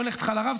לא הולך איתך לרב,